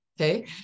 Okay